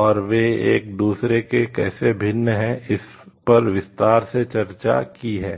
और वे एक दूसरे से कैसे भिन्न हैं इस पर विस्तार से चर्चा की है